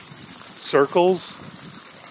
circles